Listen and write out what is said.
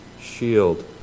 shield